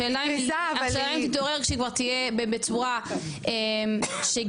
השאלה אם תתעורר כשהיא כבר תהיה בצורה שהיא